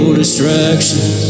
distractions